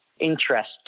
interest